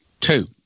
Two